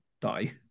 die